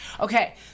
okay